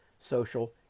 Social